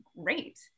great